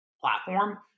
platform